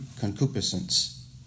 concupiscence